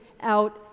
out